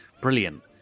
Brilliant